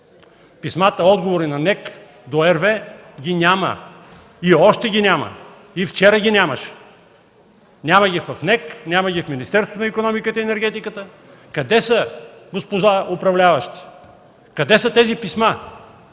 Писмата отговори на НЕК до RWE ги няма! И още ги няма, и вчера ги нямаше! Няма ги в НЕК, няма ги в Министерството на икономиката и енергетиката! Къде са, господа управляващи, къде са тези писма?!